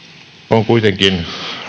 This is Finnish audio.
on kuitenkin